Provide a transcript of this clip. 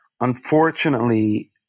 unfortunately